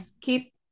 keep